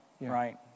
right